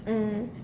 mm